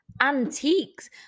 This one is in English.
antiques